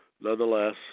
nonetheless